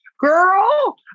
girl